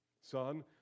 son